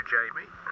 Jamie